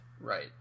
Right